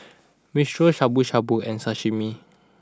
Minestrone Shabu Shabu and Sashimi